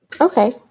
okay